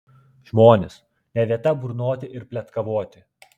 žmonės ne vieta burnoti ir pletkavoti